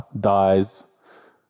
dies